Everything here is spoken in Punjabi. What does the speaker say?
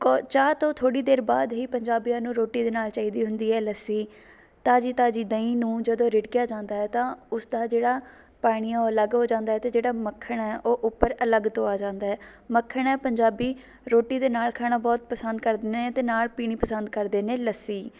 ਚਾਹ ਤੋਂ ਥੋੜ੍ਹੀ ਦੇਰ ਬਾਅਦ ਹੀ ਪੰਜਾਬੀਆਂ ਨੂੰ ਰੋਟੀ ਦੇ ਨਾਲ਼ ਚਾਹੀਦੀ ਹੁੰਦੀ ਹੈ ਲੱਸੀ ਤਾਜ਼ੀ ਤਾਜ਼ੀ ਦਹੀਂ ਨੂੰ ਜਦੋਂ ਰਿੜਕਿਆ ਜਾਂਦਾ ਹੈ ਤਾਂ ਉਸਦਾ ਜਿਹੜਾ ਪਾਣੀ ਹੈ ਉਹ ਅਲੱਗ ਹੋ ਜਾਂਦਾ ਅਤੇ ਜਿਹੜਾ ਮੱਖਣ ਹੈ ਉਹ ਉੱਪਰ ਅਲੱਗ ਤੋਂ ਆ ਜਾਂਦਾ ਮੱਖਣ ਹੈ ਪੰਜਾਬੀ ਰੋਟੀ ਦੇ ਨਾਲ਼ ਖਾਣਾ ਬਹੁਤ ਪਸੰਦ ਕਰਦੇ ਨੇ ਅਤੇ ਨਾਲ਼ ਪੀਣੀ ਪਸੰਦ ਕਰਦੇ ਨੇ ਲੱਸੀ